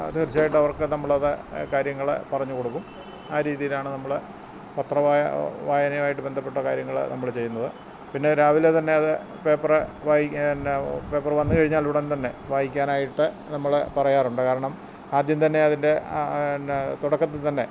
തീർച്ചയായിട്ടും അവർക്ക് നമ്മളത് കാര്യങ്ങൾ പറഞ്ഞു കൊടുക്കും ആ രീതിയിലാണ് നമ്മൾ പത്ര വായന വായനയുവായിട്ട് ബന്ധപ്പെട്ട കാര്യങ്ങൾ നമ്മൾ ചെയ്യുന്നത് പിന്നെ രാവിലെ തന്നെ അത് പേപ്പറ് വായിക്കുക പിന്നെ പേപ്പറ് വന്ന് കഴിഞ്ഞാലുടൻ തന്നെ വായിക്കാനായിട്ട് നമ്മൾ പറയാറുണ്ട് കാരണം ആദ്യം തന്നെ അതിൻ്റെ തന്നെ തുടക്കത്തിൽ തന്നെ